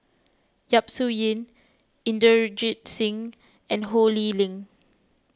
Yap Su Yin Inderjit Singh and Ho Lee Ling